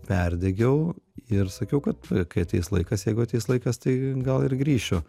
perdegiau ir sakiau kad kai ateis laikas jeigu ateis laikas tai gal ir grįšiu